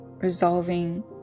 resolving